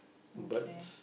okay